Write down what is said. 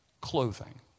clothing